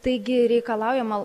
taigi reikalaujama